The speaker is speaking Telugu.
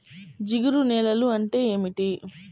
జిగురు నేలలు అంటే ఏమిటీ?